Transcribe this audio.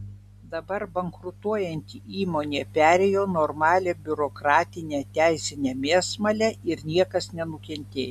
dabar bankrutuojanti įmonė perėjo normalią biurokratinę teisinę mėsmalę ir niekas nenukentėjo